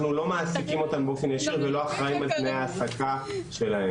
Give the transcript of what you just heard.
אנחנו לא מעסיקים אותם באופן ישיר ולא אחראים על תנאי העסקה שלהם.